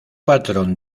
patrón